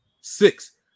six